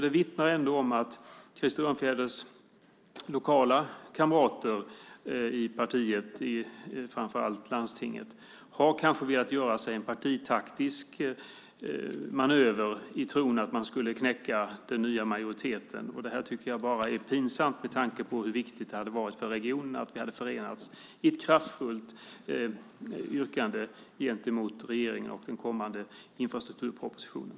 Det vittnar om att Krister Örnfjäders lokala kamrater i partiet, framför allt i landstinget, har velat göra en partitaktisk manöver i tron att man skulle knäcka den nya majoriteten. Jag tycker att det är pinsamt med tanke på hur viktigt det hade varit för regionen att vi hade förenats i ett kraftfullt yrkande gentemot regeringen och den kommande infrastrukturpropositionen.